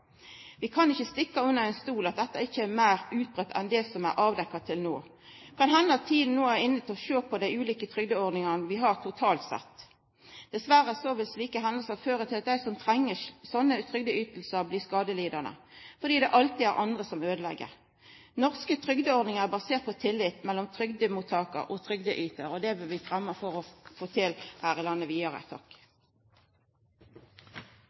Vi kan ikkje stikka under stol at dette kan vera meir utbreidd enn det som er avdekt til no. Det kan hende at tida no er inne til å sjå på dei ulike trygdeordningane vi har totalt sett. Dessverre vil slike hendingar føre til at dei som treng slike trygdeytingar, blir skadelidande, fordi det alltid er andre som øydelegg. Norske trygdeordningar er baserte på tillit mellom trygdemottakar og trygdeytar, og det bør vi få til vidare her i landet. I